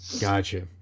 Gotcha